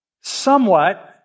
somewhat